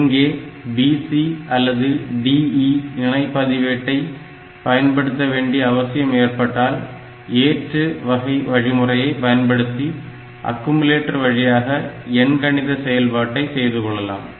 இங்கே BC அல்லது DE இணை பதிவேட்டை பயன்படுத்த வேண்டிய அவசியம் ஏற்பட்டால் ஏற்று வகை வழிமுறையை பயன்படுத்தி அக்கும்லேட்டர் வழியாக எண்கணித செயல்பாட்டை செய்து கொள்ளலாம்